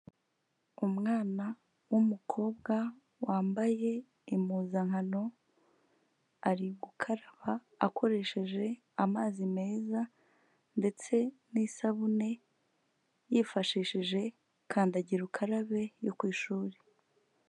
Umwana w'umukobwa wambaye impuzankano, ari gukaraba akoresheje amazi meza ndetse n'isabune yifashishije kandagira ukarabe yo ku ishuri.